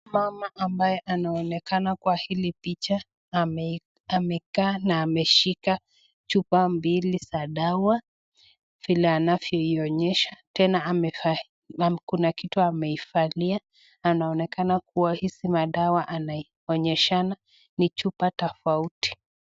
Mama ambaye anaonekana kwa hili picha na amekaa na ameshika chupa mbili ya dawa vile anavyoionyesha, tena kuna kitu ameivalia, anaonekana kuwa hizi madawa anaionyeshana ni chupa tofauti.